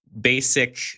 basic